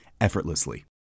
effortlessly